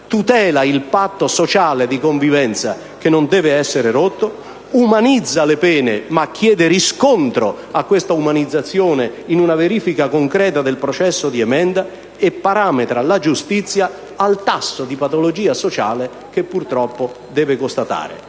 tutela il patto sociale di convivenza che non deve essere rotto, umanizza le pene, ma chiede riscontro a questa umanizzazione in una verifica concreta del processo di emenda e parametra la giustizia al tasso di patologia sociale che purtroppo deve constatare.